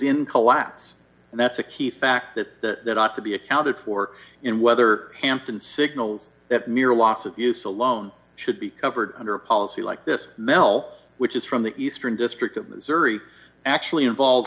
in collapse and that's a key fact that that ought to be accounted for in whether hampton signals that mere loss of use alone should be covered under a policy like this melts which is from the eastern district of missouri actually involve